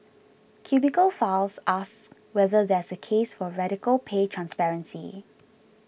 Cubicle Files asks whether there's a case for radical pay transparency